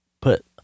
put